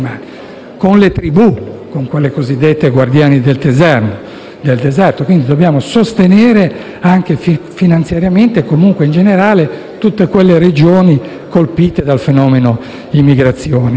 con le tribù (i cosiddetti guardiani del deserto). Dobbiamo quindi sostenere, anche finanziariamente e comunque in generale, tutte quelle regioni colpite dal fenomeno dell'emigrazione.